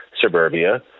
suburbia